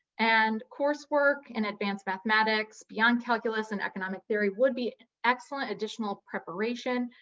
and coursework and advanced mathematics, beyond calculus and economic theory would be excellent additional preparation.